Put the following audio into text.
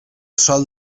sol